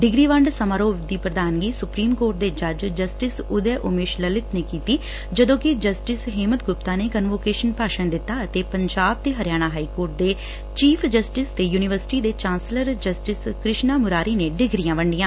degree ਵੰਡ ਸਮਾਰੋਹ ਦੀ ਪ੍ਰਧਾਨਗੀ ਸੁਪਰੀਮ ਕੋਰਟ ਦੇ ਜੱਜ ਜਸਟਿਸ ਉਦੇ ਉਮੇਸ਼ ਲਲਿਤ ਨੇ ਕੀਤੀ ਜਦੋ'ਕਿ ਜਸਟਿਸ ਹੇਮੰਤ ਗੁਪਤਾ ਨੇ ਕਨਵੋਕੇਸ਼ਨ ਭਾਸ਼ਣ ਦਿੱਤਾ ਅਤੇ ਪੰਜਾਬ ਤੇ ਹਰਿਆਣਾ ਹਾਈ ਕੋਰਟ ਦੇ ਚੀਫ਼ ਜਸਟਿਸ ਤੇ ਯੁਨੀਵਰਸਿਟੀ ਦੇ ਚਾਂਸਲਰ ਜਸਟਿਸ ਕ੍ਰਿਸ਼ਨਾ ਮੁਰਾਰੀ ਨੇ ਡਿਗਰੀਆਂ ਵੰਡੀਆਂ